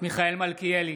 מיכאל מלכיאלי,